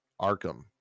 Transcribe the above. Arkham